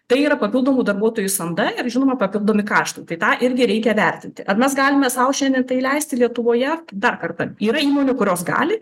tai yra papildomų darbuotojų samda ir žinoma papildomi kaštai tai tą irgi reikia vertinti ar mes galime sau šiandien tai leisti lietuvoje dar kartą yra įmonių kurios gali